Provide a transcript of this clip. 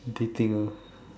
dating ah